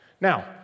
Now